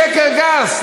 זה שקר גס.